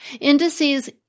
Indices